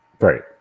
Right